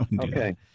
Okay